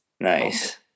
nice